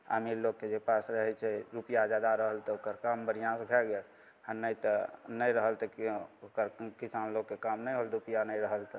अमीर लोकके जे पास रहै छै रुपैआ जादा रहल तऽ ओकर काम बढ़िआँसे भै गेल आओर नहि तऽ नहि रहल तऽ केओ ओकर किसान लोकके काम नहि होल रुपैआ नहि रहल तऽ